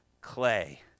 clay